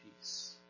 peace